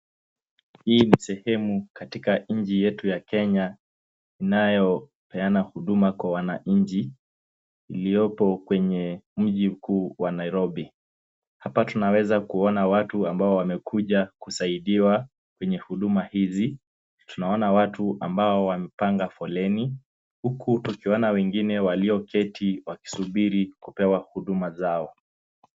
Hii ni sehemu katika nchi yetu ya Kenya inayopeana huduma kwa wananchi, iliopo kwenye mji mkuu wa Nairobi. Hapa tunaweza kuona watu ambao wamekuja kusaidiwa kwenye huduma hizi. Tunaona watu ambao wamepanga foleni, huku tukiona wengine walioketi wakisubiri kupewa huduma zao.